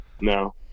no